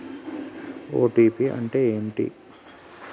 OTP అంటే ఏంటిది?